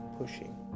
pushing